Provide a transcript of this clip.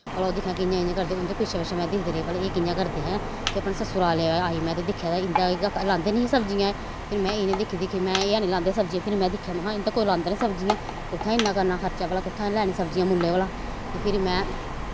भला ओह् दिक्खेआ कि'यां कि'यां करदे उं'दे पिच्छें पिच्छें में दिखदी रेही भला एह् कि'यां करदे हैं भी अपने सुसराल आई ते में दिक्खेआ इं'दे लांदे गै निं हे सब्जियां एह् फिर में इ'नेंगी दिक्खी दिक्खी में एह् निं लांदे हे सब्जियां फिर में दिक्खेआ महैं इं'दै कोई लांदा निं सब्जियां कु'त्थां इन्ना करना खर्चा भला कु'त्थां लैनियां सब्जियां मुल्लैं भला ते फिरी में